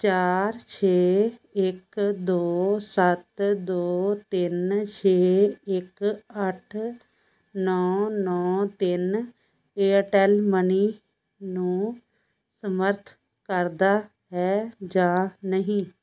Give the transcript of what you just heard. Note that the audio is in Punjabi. ਚਾਰ ਛੇ ਇੱਕ ਦੋ ਸੱਤ ਦੋ ਤਿੰਨ ਛੇ ਇੱਕ ਅੱਠ ਨੌ ਨੌ ਤਿੰਨ ਏਅਰਟੈੱਲ ਮਨੀ ਨੂੰ ਸਮਰਥ ਕਰਦਾ ਹੈ ਜਾਂ ਨਹੀਂ